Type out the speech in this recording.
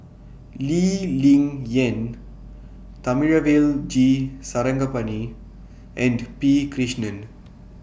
Lee Ling Yen Thamizhavel G Sarangapani and P Krishnan